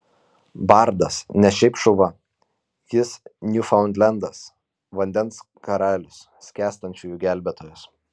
bardas ne šiaip šuva jis niūfaundlendas vandens karalius skęstančiųjų gelbėtojas